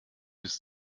bis